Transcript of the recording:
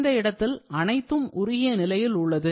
இந்த இடத்தில் அனைத்தும் உருகிய நிலையில் உள்ளது